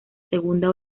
segunda